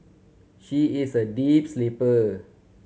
she is a deep sleeper